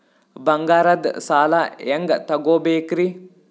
ಬಂಗಾರದ್ ಸಾಲ ಹೆಂಗ್ ತಗೊಬೇಕ್ರಿ?